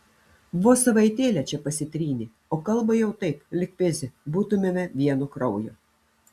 vos savaitėlę čia pasitrynė o kalba jau taip lyg pizė būtumėme vieno kraujo